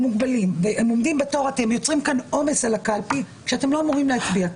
הם יוצרים עומס על הקלפי כשאתם לא אמורים להצביע כאן.